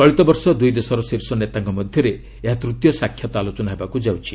ଚଳିତ ବର୍ଷ ଦୁଇ ଦେଶର ଶୀର୍ଷ ନେତାଙ୍କ ମଧ୍ୟରେ ଏହା ତୂତୀୟ ସାକ୍ଷାତ୍ ଆଲୋଚନା ହେବାକୁ ଯାଉଛି